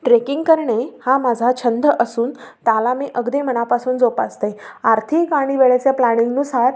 trekking करणे हा माझा छंद असून त्याला मी अगदी मनापासून जोपासते आर्थिक आणि वेळेच्या प्लॅणिंगनुसार